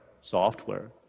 software